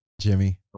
Jimmy